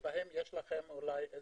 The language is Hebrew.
יש שם דיאגרמה שמראה לך 100 ומשהו מדינות,